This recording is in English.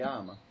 ama